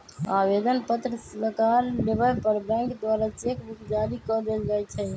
आवेदन पत्र सकार लेबय पर बैंक द्वारा चेक बुक जारी कऽ देल जाइ छइ